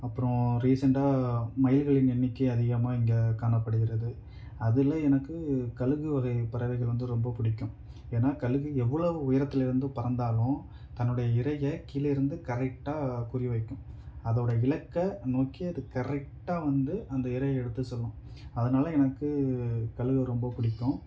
அப்புறம் ரீசென்ட்டாக மயில்களின் எண்ணிக்கை அதிகமாக இங்கே காணப்படுகிறது அதில் எனக்கு கழுகு வகை பறவைகள் வந்து ரொம்ப பிடிக்கும் ஏனால் கழுகு எவ்வளோ உயரத்தில் இருந்து பறந்தாலும் தன்னுடைய இரையை கீழே இருந்து கரெக்டாக குறி வைக்கும் அதோடய இலக்கை நோக்கி அது கரெக்டாக வந்து அந்த இரையை எடுத்து செல்லும் அதனால எனக்கு கழுகை ரொம்ப பிடிக்கும்